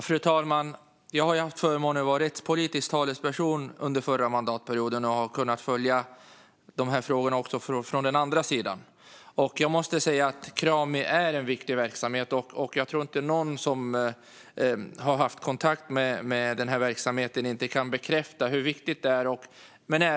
Fru talman! Jag hade förmånen att vara rättspolitisk talesperson under förra mandatperioden och kunde då följa dessa frågor från en annan sida. Krami är en viktig verksamhet, och jag tror att alla som har haft kontakt med denna verksamhet kan bekräfta hur viktig den är.